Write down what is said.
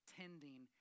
tending